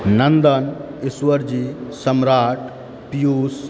Nandan Ishwarji Samrat Piyush